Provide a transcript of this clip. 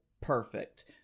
perfect